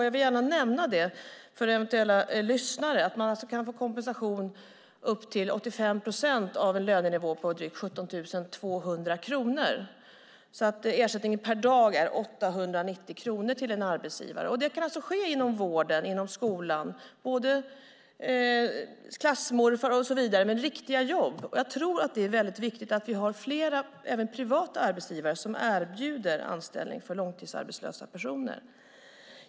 Jag vill gärna nämna för eventuella lyssnare att en arbetsgivare alltså kan få kompensation upp till 85 procent av en lönenivå på drygt 17 200 kronor. Ersättningen per dag är 890 kronor till en arbetsgivare till exempel inom vården och skolan, där man till exempel kan anställa en klassmorfar. Det är riktiga jobb. Jag tror att det är väldigt viktigt att vi även får fler privata arbetsgivare som erbjuder anställning för långtidsarbetslösa personer.